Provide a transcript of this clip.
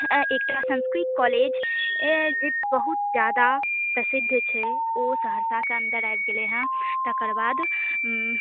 एकटा संस्कृत कॉलेज जे बहुत जादा प्रसिद्ध छै ओ सहरसाके अन्दर आबि गेलै हंँ तकरबाद